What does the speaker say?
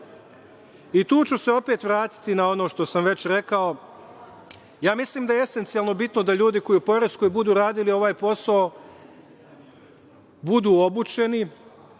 ću se opet vratiti na ono što sam već rekao. Mislim da je esencijalno bitno da ljudi koji budu radili u poreskoj ovaj posao budu obučeni,